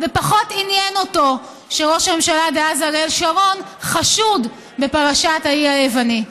ופחות עניין אותו שראש הממשלה דאז אריאל שרון חשוד בפרשת האי היווני.